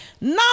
Now